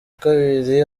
kabiri